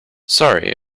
sorry